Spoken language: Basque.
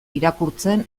irakurtzen